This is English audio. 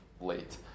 late